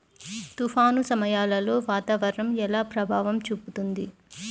తుఫాను సమయాలలో వాతావరణం ఎలా ప్రభావం చూపుతుంది?